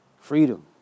freedom